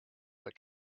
were